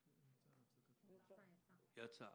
יצא.